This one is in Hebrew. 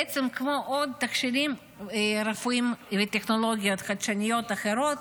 בעצם כמו עוד מכשירים רפואיים וטכנולוגיות חדשניות אחרות,